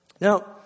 Now